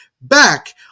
back